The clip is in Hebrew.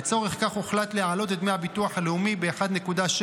לצורך כך הוחלט להעלות את דמי הביטוח הלאומי ב-1.6%,